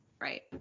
Right